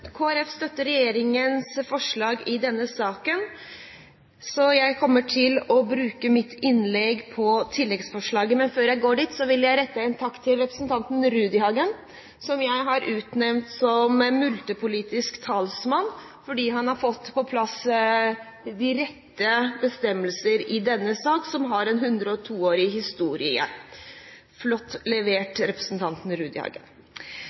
støtter regjeringens forslag i denne saken, så jeg kommer til å bruke mitt innlegg på tilleggsforslaget. Men før jeg kommer dit, vil jeg rette en takk til representanten Rudihagen, som jeg har utnevnt til «multepolitisk talsmann» fordi han har fått på plass de rette bestemmelser i denne sak, som har en 102-årig historie. Flott